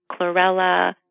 chlorella